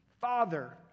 Father